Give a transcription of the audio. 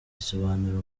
risobanura